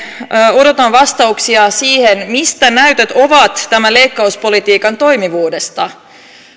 odotan vastauksia siihen missä ovat näytöt tämän leikkauspolitiikan toimivuudesta